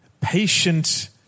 patient